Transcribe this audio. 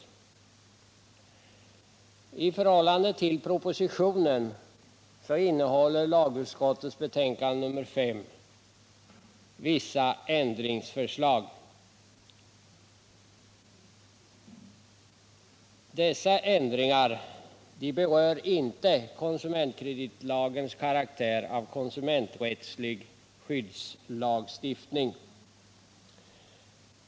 I förhållande till propositionen innehåller lagutskottets betänkande nr S vissa ändringsförslag. De berör inte konsumentkreditlagens karaktär av konsumenträttslig skyddslagstiftning.